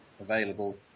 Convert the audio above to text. available